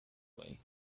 way